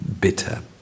bitter